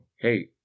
Hey